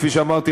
כפי שאמרתי,